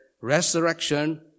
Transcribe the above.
resurrection